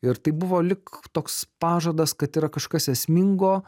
ir tai buvo lyg toks pažadas kad yra kažkas esmingo